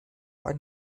ein